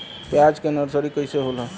प्याज के नर्सरी कइसे होला?